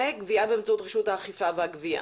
וגבייה באמצעות רשות האכיפה והגבייה.